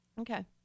Okay